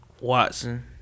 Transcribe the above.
Watson